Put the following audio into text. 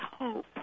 hope